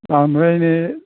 आमफ्राय नै